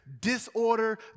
disorder